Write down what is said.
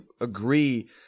agree